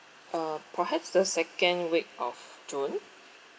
uh perhaps the second week of june